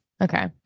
Okay